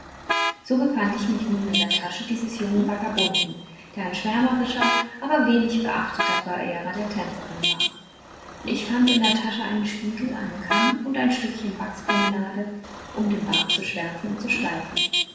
so befand ich mich nun in der tasche dieses jungen vagabunden der ein schwärmerischer aber wenig beachteter verehrer der tänzerin war ich fand in der tasche einen spiegel einen kamm und ein stückchen wachspomade um den bart zu schwärzen und zu steifen